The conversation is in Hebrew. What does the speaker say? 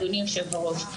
אדוני היושב-ראש,